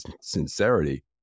sincerity